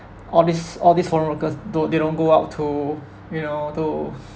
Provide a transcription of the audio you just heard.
all these all these foreign workers don't they don't go out to you know to